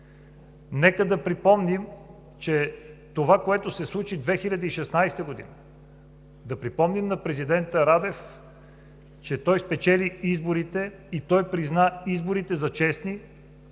Нека да припомним това, което се случи 2016 г. Да припомним на президента Радев, че той спечели изборите и призна изборите за честни,